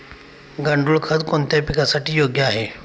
गांडूळ खत कोणत्या पिकासाठी योग्य आहे?